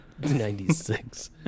96